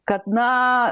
kad na